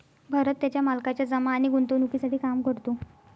भरत त्याच्या मालकाच्या जमा आणि गुंतवणूकीसाठी काम करतो